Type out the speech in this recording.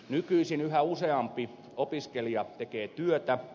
nykyisin yhä useampi opiskelija tekee työtä